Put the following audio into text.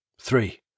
Three